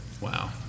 Wow